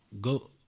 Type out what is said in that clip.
go